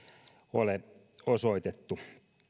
ole osoitettu